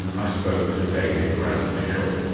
i spoke to david braddon-mitchell,